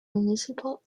municipal